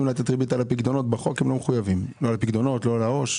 מספטמבר הוצאנו.